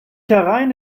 herein